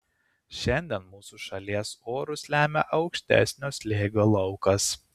šiandien mūsų šalies orus lemia aukštesnio slėgio laukas